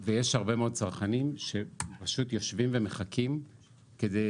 ויש הרבה מאוד צרכנים שפשוט יושבים ומחכים כדי